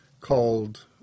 called